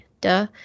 duh